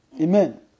Amen